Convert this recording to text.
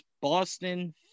Boston